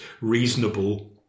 reasonable